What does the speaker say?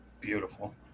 Beautiful